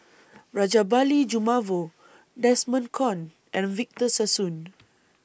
Rajabali Jumabhoy Desmond Kon and Victor Sassoon